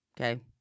Okay